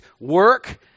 work